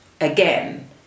again